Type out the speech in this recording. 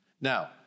Now